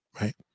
right